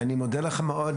אני מודה לך מאוד.